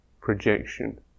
projection